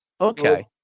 Okay